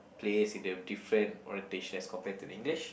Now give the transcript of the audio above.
place in a different orientation as compared to English